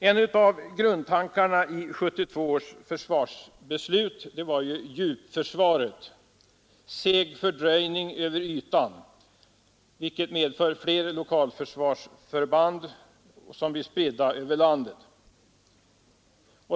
En av grundtankarna i 1972 års försvarsbeslut var djupförsvaret, ”seg fördröjning över ytan”, vilket medför flera lokalförsvarsförband spridda över landet.